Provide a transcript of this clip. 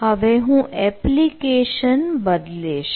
હવે હું એપ્લિકેશન બદલીશ